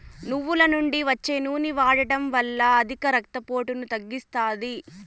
నువ్వుల నుండి వచ్చే నూనె వాడడం వల్ల అధిక రక్త పోటును తగ్గిస్తాది